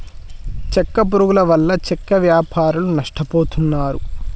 చెక్క పురుగుల వల్ల చెక్క వ్యాపారులు నష్టపోతున్నారు